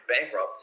bankrupt